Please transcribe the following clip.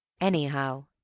Anyhow